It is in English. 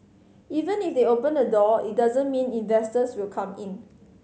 even if they open the door it doesn't mean investors will come in